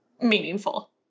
meaningful